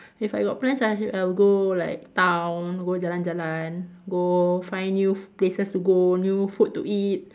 if I got plans I'll just I'll go like town go jalan jalan go find new places to go new food to eat